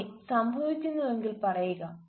അതെ സംഭവിക്കുന്നുണ്ടെങ്കിൽ പറയുക